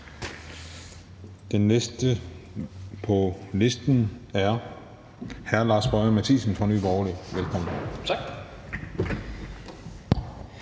Den næste på listen er hr. Lars Boje Mathiesen fra Nye Borgerlige. Velkommen. Kl.